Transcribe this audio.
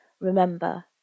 remember